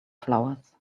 flowers